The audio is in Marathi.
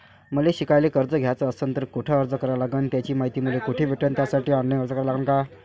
मले शिकायले कर्ज घ्याच असन तर कुठ अर्ज करा लागन त्याची मायती मले कुठी भेटन त्यासाठी ऑनलाईन अर्ज करा लागन का?